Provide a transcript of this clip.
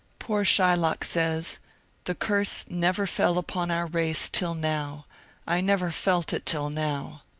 poor shylock says the curse never fell upon our race till now i never felt it till now.